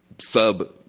sub,